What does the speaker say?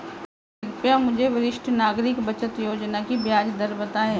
कृपया मुझे वरिष्ठ नागरिक बचत योजना की ब्याज दर बताएं